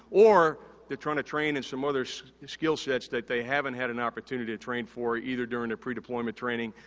or, they're trying to train in some other skill sets that they haven't had an opportunity to train for either during their pre-deployment training,